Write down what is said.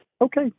Okay